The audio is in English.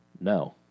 No